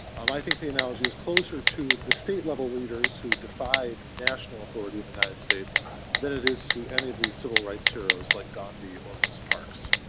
um i think the analogy is closer to the state-level leaders who defied national authority in the united states than it is to any of these civil rights heroes like gandhi or rosa parks.